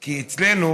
כי אצלנו